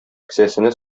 кесәсенә